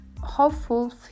hopeful